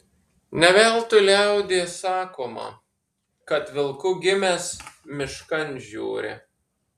ne veltui liaudies sakoma kad vilku gimęs miškan žiūri